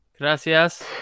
Gracias